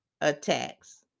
attacks